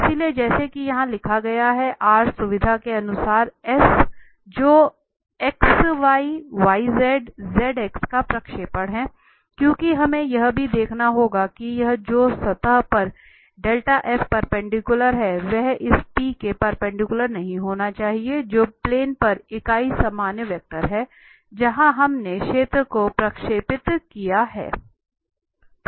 इसलिए जैसा कि यहाँ लिखा गया है R सुविधा के अनुसार S जो xyyzzx का प्रक्षेपण है क्योंकि हमें यह भी देखना होगा कि यह जो सतह पर परपेंडिकुलर है वह इस के परपेंडिकुलर नहीं होना चाहिए जो प्लेन पर इकाई सामान्य वेक्टर है जहां हमने सतह को प्रक्षेपित किया है